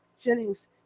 Jennings